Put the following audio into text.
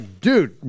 dude